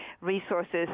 resources